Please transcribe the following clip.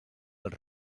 dels